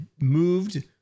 moved